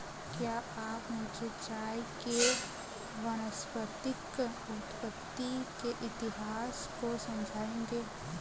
क्या आप मुझे चाय के वानस्पतिक उत्पत्ति के इतिहास को समझाएंगे?